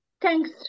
thanks